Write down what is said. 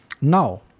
Now